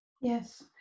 yes